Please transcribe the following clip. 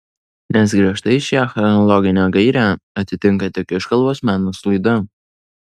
nes griežtai šią chronologinę gairę atitinka tik iškalbos meno sklaida